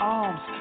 arms